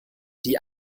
die